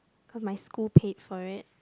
cause my school paid for it